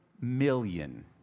million